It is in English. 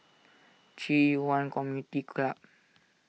Ci Yuan Community Club